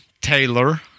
Taylor